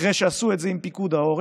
אחרי שעשו את זה עם פיקוד העורף,